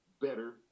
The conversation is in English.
better